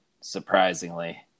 surprisingly